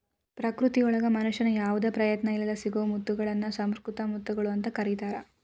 ಪ್ರಕೃತಿಯೊಳಗ ಮನುಷ್ಯನ ಯಾವದ ಪ್ರಯತ್ನ ಇಲ್ಲದ್ ಸಿಗೋ ಮುತ್ತಗಳನ್ನ ಸುಸಂಕೃತ ಮುತ್ತುಗಳು ಅಂತ ಕರೇತಾರ